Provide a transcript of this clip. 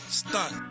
stunt